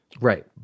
Right